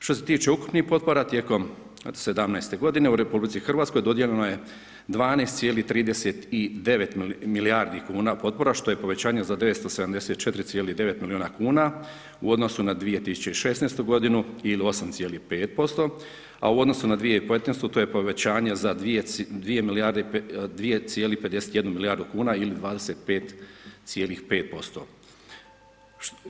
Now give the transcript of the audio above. Što se tiče ukupnih potpora tijekom '17. godine u RH dodijeljeno je 12,39 milijardi kuna potpora što je povećanje za 974,9 miliona kuna u odnosu na 2016. godinu ili 8,5%, a u odnosu na 2015. to je povećanje za 2,51 milijardu kuna ili 25,5%